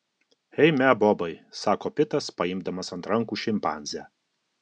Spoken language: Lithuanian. eime bobai sako pitas paimdamas ant rankų šimpanzę